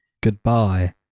Goodbye